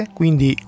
quindi